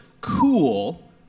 cool